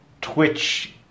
Twitch